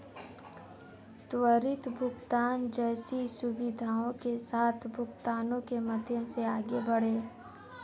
त्वरित भुगतान जैसी सुविधाओं के साथ भुगतानों के माध्यम से आगे बढ़ें